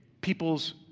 People's